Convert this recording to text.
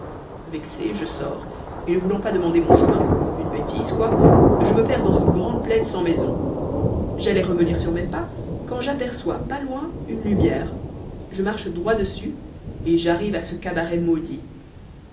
vexé je sors et ne voulant pas demander mon chemin une bêtise quoi je me perds dans une grande plaine sans maisons j'allais revenir sur mes pas quand j'aperçois pas loin une lumière je marche droit dessus et j'arrive à ce cabaret maudit